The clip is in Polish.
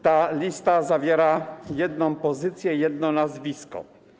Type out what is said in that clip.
Ta lista zawiera jedną pozycję, jedno nazwisko.